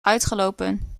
uitgelopen